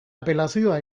apelazioa